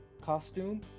costume